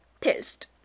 Pissed